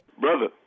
Brother